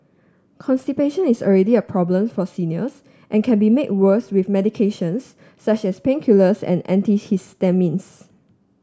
constipation is already a problem for seniors and can be made worse with medications such as painkillers and antihistamines